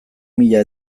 mila